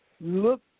look